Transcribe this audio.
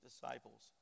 disciples